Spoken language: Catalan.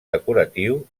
decoratiu